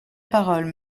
parole